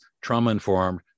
trauma-informed